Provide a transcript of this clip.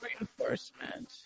Reinforcement